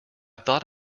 thought